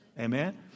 Amen